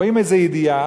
רואים איזו ידיעה,